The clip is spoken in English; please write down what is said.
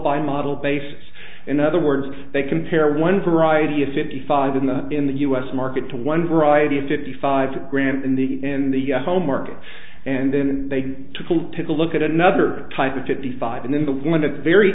by model basis in other words they compare one variety of fifty five in the in the u s market to one variety fifty five grand in the in the home market and then they took a look at another type of fifty five and then the when the very